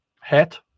hat